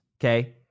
okay